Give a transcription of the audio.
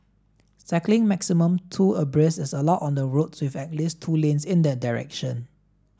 cycling maximum two abreast is allowed on the roads with at least two lanes in that direction